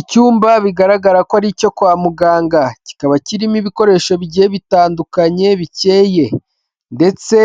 Icyumba bigaragara ko ari icyo kwa muganga kikaba kirimo ibikoresho bye bitandukanye bikeye ndetse